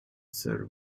sir